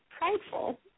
prideful